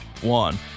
one